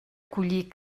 collir